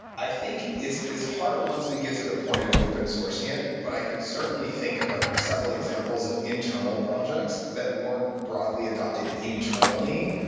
i think it's it's harder once we get to the point of open-sourcing it, but i can certainly think of a several examples of internal projects that weren't broadly adopted internally,